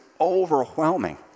overwhelming